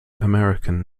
american